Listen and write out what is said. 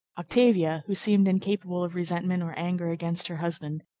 octavia, who seemed incapable of resentment or anger against her husband,